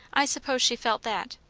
i suppose she felt that,